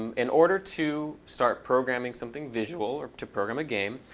um in order to start programming something visual or to program a game,